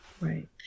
right